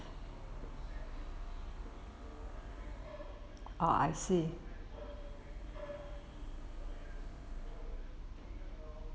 ah I see